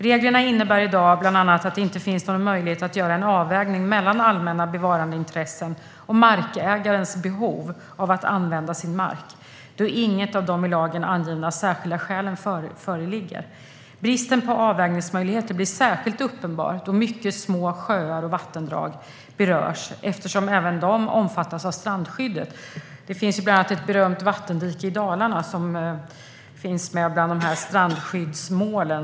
Reglerna innebär i dag bland annat att det inte finns någon möjlighet att göra en avvägning mellan allmänna bevarandeintressen och markägarens behov av att använda sin mark då inget av de i lagen särskilda skälen föreligger. Bristen på avvägningsmöjligheter blir särskilt uppenbar då många små sjöar och vattendrag berörs. Även de omfattas av strandskyddet. Det finns bland annat ett berömt vattendike i Dalarna som har behandlats i ett tidigare strandskyddsmål.